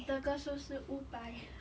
的歌是舞摆